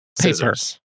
scissors